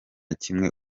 kimwe